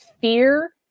fear